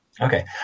Okay